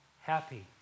happy